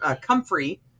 comfrey